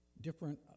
different